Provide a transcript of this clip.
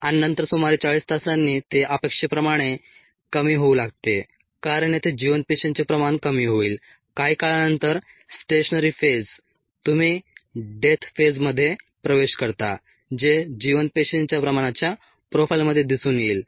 आणि नंतर सुमारे 40 तासांनी ते अपेक्षेप्रमाणे कमी होऊ लागते कारण येथे जिवंत पेशींचे प्रमाण कमी होईल काही काळानंतर स्टेशनरी फेज तुम्ही डेथ फेजमध्ये प्रवेश करता जे जिवंत पेशींच्या प्रमाणाच्या प्रोफाइलमध्ये दिसून येईल